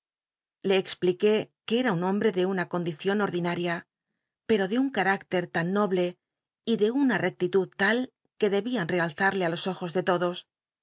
expliqué que em un hombc de una condicion ordinal'ia pero de uu ca íctcr tan noble y de una rectitud tal que debían rcalzadc li los ojos de todos